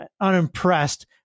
unimpressed